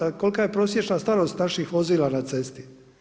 A kolika je prosječna starost naših vozila na cesti?